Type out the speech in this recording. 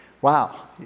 Wow